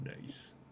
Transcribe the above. Nice